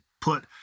put